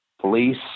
police